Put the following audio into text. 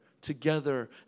together